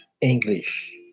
English